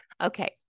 Okay